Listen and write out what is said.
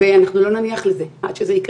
ואנחנו לא נניח לזה עד שזה יקרה.